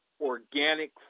organic